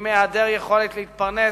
עם העדר יכולת להתפרנס,